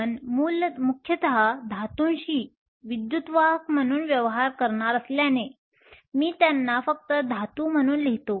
आपण मुख्यतः धातूंशी विद्युतवाहक म्हणून व्यवहार करणार असल्याने मी त्यांना फक्त धातू म्हणून लिहितो